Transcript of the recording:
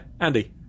Andy